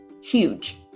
huge